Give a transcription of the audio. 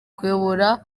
kuyobora